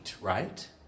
right